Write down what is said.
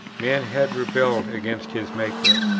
man had rebelled against his maker.